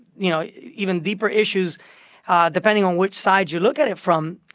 you know, even deeper issues depending on which side you look at it from.